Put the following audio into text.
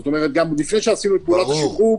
זאת אומרת גם לפני שעשינו את פעולת השדרוג.